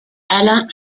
alain